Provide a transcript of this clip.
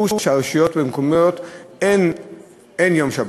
שבבחירות לרשויות המקומיות אין שבתון.